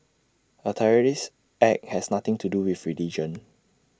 A terrorist act has nothing to do with religion